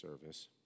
service